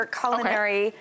culinary